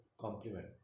compliment